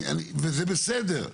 וזה בסדר.